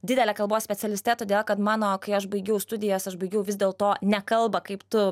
didele kalbos specialiste todėl kad mano kai aš baigiau studijas aš baigiau vis dėlto ne kalbą kaip tu